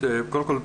קודם כל,